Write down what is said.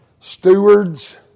stewards